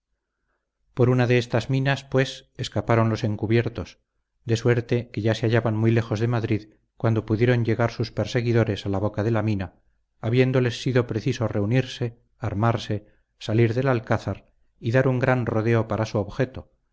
por una de estas minas pues escaparon los encubiertos de suerte que ya se hallaban muy lejos de madrid cuando pudieron llegar sus perseguidores a la boca de la mina habiéndoles sido preciso reunirse armarse salir del alcázar y dar un gran rodeo para su objeto